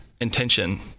intention